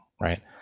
right